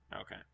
okay